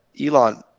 Elon